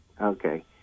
Okay